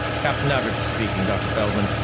captain everts speaking. dr. feldman,